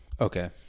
Okay